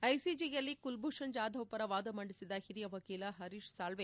ಐಸಿಜೆಯಲ್ಲಿ ಕುಲ್ಭೂಷಣ್ ಜಾಧವ್ ಪರ ವಾದ ಮಂಡಿಸಿದ ಹಿರಿಯ ವಕೀಲ ಹರೀಶ್ ಸಾಳ್ವಿ